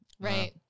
Right